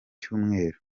cyumweru